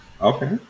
Okay